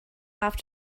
have